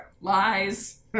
Lies